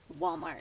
Walmart